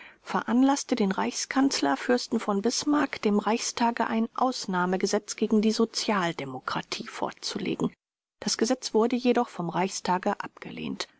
veranlaßte den reichskanzler fürsten v bismarck dem reichstage ein ausnahmegesetz gegen die sozialdemokratie vorzulegen das gesetz wurde jedoch vom reichstage abgelehnt